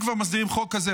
אם כבר מסדירים חוק כזה,